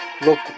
Look